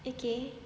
okay